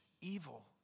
evil